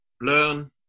learn